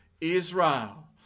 Israel